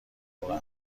برو